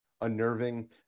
unnerving